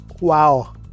Wow